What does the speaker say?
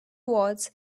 was